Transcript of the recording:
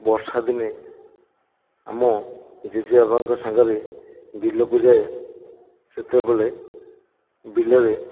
ବର୍ଷା ଦିନେ ଆମ ଜେଜେ ବାପାଙ୍କ ସାଙ୍ଗରେ ବିଲକୁ ଯାଏ ସେତେବେଳେ ବିଲରେ